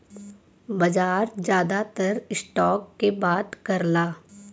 बाजार जादातर स्टॉक के बात करला